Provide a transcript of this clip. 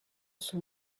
son